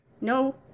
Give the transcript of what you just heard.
No